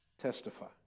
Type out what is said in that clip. Testify